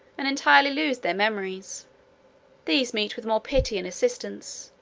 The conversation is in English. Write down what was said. and entirely lose their memories these meet with more pity and assistance,